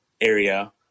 area